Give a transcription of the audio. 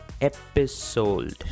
episode